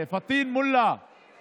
מי הביא את החיסון?